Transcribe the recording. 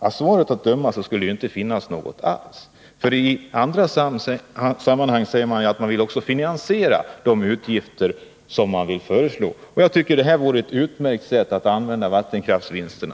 Av svaret att döma skulle det inte göra det. I andra sammanhang säger man att man också vill finansiera de utgifter man föreslår. Jag tycker det här vore ett utmärkt sätt att använda vattenkraftsvinsterna!